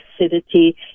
acidity